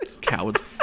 cowards